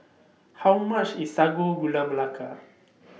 How much IS Sago Gula Melaka